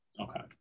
Okay